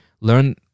Learn